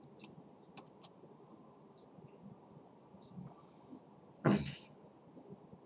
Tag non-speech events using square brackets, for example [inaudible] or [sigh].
[noise]